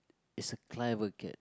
it's a clever cat